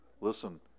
Listen